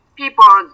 people